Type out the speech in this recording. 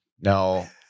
Now